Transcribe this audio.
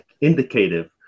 indicative